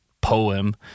poem